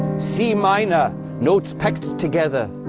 c-minor notes packed together.